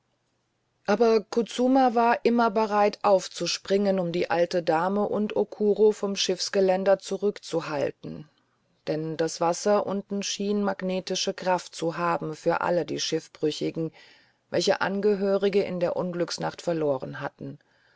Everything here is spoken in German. aber kutsuma war immer bereit aufzuspringen um die alte dame und okuro vom schiffsgeländer zurückzuhalten denn das wasser unten schien magnetische kraft zu haben für alle die schiffbrüchigen welche angehörige in der unglücksnacht verloren hatten